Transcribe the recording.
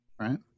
right